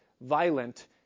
violent